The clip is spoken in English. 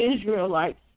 Israelites